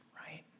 right